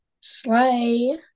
Slay